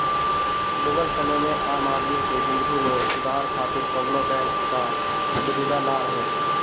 मुगल समय में आम आदमी के जिंदगी में सुधार खातिर कवनो बैंक कअ सुबिधा ना रहे